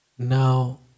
now